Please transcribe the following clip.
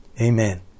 Amen